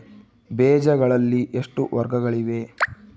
ಬೇಜಗಳಲ್ಲಿ ಎಷ್ಟು ವರ್ಗಗಳಿವೆ?